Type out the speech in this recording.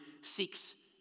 seeks